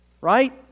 Right